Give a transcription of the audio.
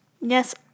Yes